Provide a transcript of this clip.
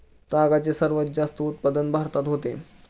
तागाचे सर्वात जास्त उत्पादन भारतात होते